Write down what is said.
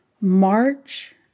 march